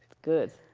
good,